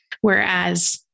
whereas